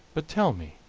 but tell me,